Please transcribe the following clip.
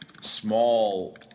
small